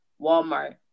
Walmart